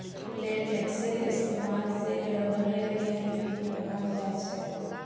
लेटेक्सेर इस्तेमाल से रबरेर गेंद भी बनाल जा छे